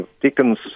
Dickens